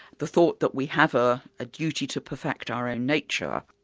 the thought that we have a ah duty to perfect our own nature,